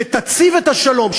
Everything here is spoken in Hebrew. שתציב את השלום,